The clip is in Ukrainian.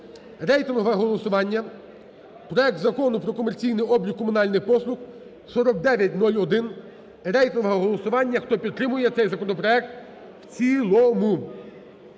рейтингове голосування проект Закону про комерційний облік комунальних послуг (4901), рейтингове голосування, хто підтримує цей законопроект в цілому.